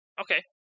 Okay